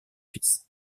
fils